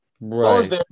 Right